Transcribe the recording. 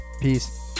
Peace